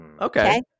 Okay